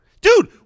Dude